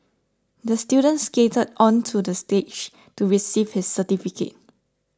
the student skated onto the stage to receive his certificate